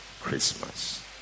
Christmas